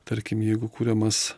tarkim jeigu kuriamas